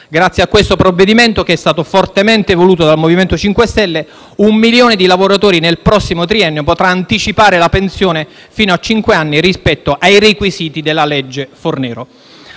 Grazie al provvedimento in esame, fortemente voluto dal MoVimento 5 Stelle, un milione di lavoratori nel prossimo triennio potrà anticipare la pensione fino a cinque anni rispetto ai requisiti della legge Fornero.